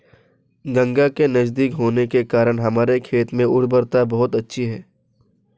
गंगा के नजदीक होने के कारण हमारे खेत में उर्वरता बहुत अच्छी है